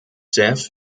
jeff